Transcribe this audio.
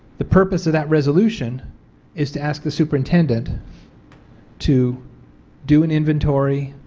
the purpose of that resolution is to ask the superintendent to do an inventory,